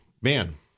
man